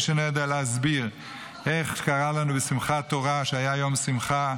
איש אינו יודע להסביר איך קרה לנו בשמחת תורה שהיה יום שמחה,